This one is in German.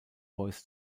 boys